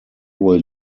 will